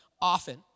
often